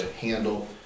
handle